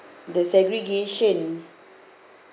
the segregation